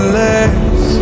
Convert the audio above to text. less